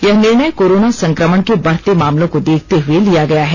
यह निर्णय कोरोना संक्रमण के बढ़ते मामलों को देखते हुए लिया गया है